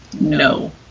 no